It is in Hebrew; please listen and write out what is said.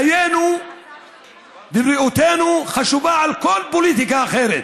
חיינו ובריאותנו חשובים, מעל כל פוליטיקה אחרת,